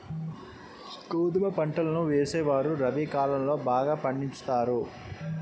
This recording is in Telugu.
గోధుమ పంటలను వేసేవారు రబి కాలం లో బాగా పండించుతారు